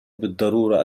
بالضرورة